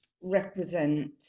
represent